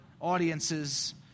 audiences